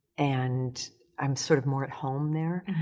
and i'm sort of more at home there.